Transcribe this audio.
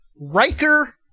Riker